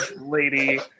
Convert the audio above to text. lady